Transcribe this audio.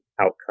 outcome